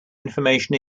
information